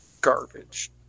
garbage